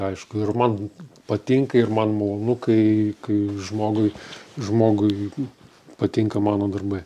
aišku ir man patinka ir man malonu kai kai žmogui žmogui patinka mano darbai